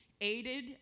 aided